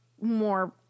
more